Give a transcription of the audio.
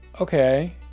Okay